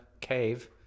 cave